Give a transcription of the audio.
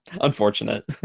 unfortunate